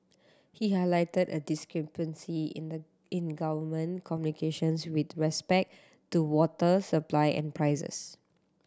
he highlighted a discrepancy in the in government communications with respect to water supply and prices